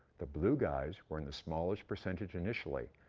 the blue guys were in the smallest percentage initially.